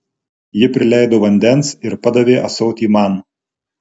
ji prileido vandens ir padavė ąsotį man